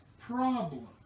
problem